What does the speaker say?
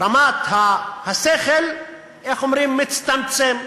רמת השכל, איך אומרים, מצטמצמת.